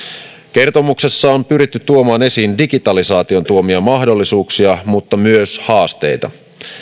kertomuksessa on pyritty tuomaan esiin digitalisaation tuomia mahdollisuuksia mutta myös haasteita